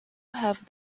have